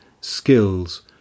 skills